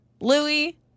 Louis